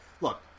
look